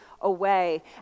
away